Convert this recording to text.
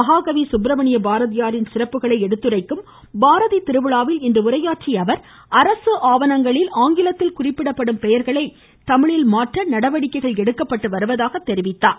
மகாகவி சுப்பிரமணிய பாரதியாரின் சிறப்புகளை எடுத்துரைக்கும் பாரதி திருவிழாவில் உரையாற்றிய அவர் அரசு ஆவணங்களில் ஆங்கிலத்தில் குறிப்பிடப்படும் பெயர்களை தமிழில் மாற்ற நடவடிக்கை எடுக்கப்பட்டு வருவதாக கூறினார்